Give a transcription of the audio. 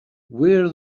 wear